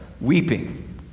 weeping